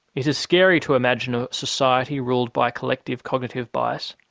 it is scary to imagine a society ruled by collective cognitive bias.